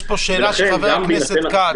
יש פה שאלה של חבר הכנסת כץ.